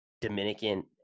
Dominican